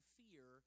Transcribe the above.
fear